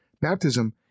baptism